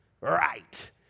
right